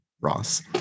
ross